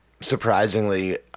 surprisingly